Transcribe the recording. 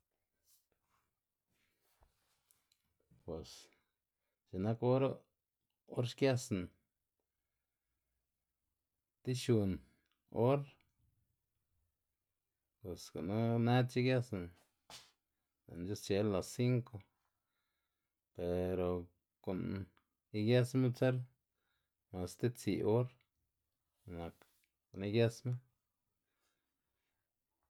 bos x̱i'k nak or or xgësná ti xun or bos gunu nedc̲h̲a igësná lë'ná c̲h̲usche las sinco pero gu'n igësma btser masa ti tsi' or nak igësma.